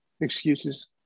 excuses